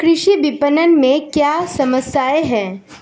कृषि विपणन में क्या समस्याएँ हैं?